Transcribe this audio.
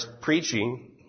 preaching